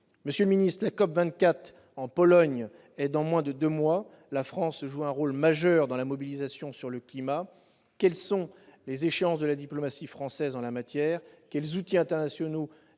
Monsieur le ministre d'État, la COP24 se tiendra en Pologne dans moins de deux mois. Alors que la France joue un rôle majeur dans la mobilisation sur le climat, quelles sont les échéances de la diplomatie française en la matière et de quels outils internationaux